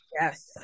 yes